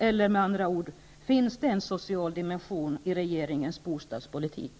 Eller med andra ord: Finns det en social dimension i regeringens bostadspolitik?